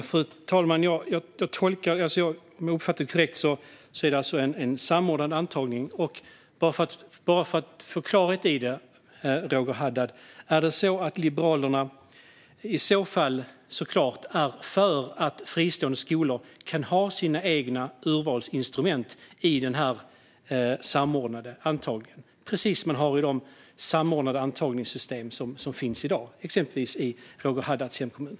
Fru talman! Om jag uppfattar det korrekt är det alltså en samordnad antagning. Bara för att få klarhet i det, Roger Haddad: Är det så att Liberalerna i så fall såklart är för att fristående skolor kan ha sina egna urvalsinstrument i den samordnade antagningen, precis som man har i de samordnade antagningssystem som finns i dag exempelvis i Roger Haddads hemkommun?